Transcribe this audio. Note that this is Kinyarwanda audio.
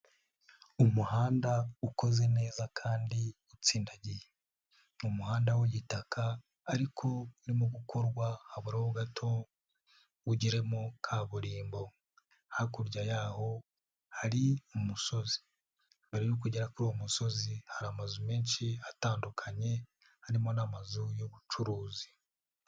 Umuhanda ukoze neza kandi utsindagiye. Ni umuhanda w'igitaka ariko urimo gukorwa habura ho gato ugeremo kaburimbo. Hakurya yaho hari umusozi. Mbere yuko ugera kuri uwo musozi hari amazu menshi atandukanye. Harimo n'amazu y'ubucuruzi.